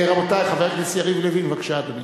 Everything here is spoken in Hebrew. רבותי, חבר הכנסת יריב לוין, בבקשה, אדוני.